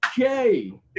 Okay